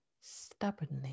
stubbornly